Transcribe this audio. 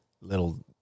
little